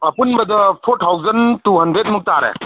ꯑꯄꯨꯟꯕꯗ four thousand two ꯍꯟꯗ꯭ꯔꯦꯗꯃꯨꯛ ꯇꯥꯔꯦ